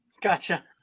Gotcha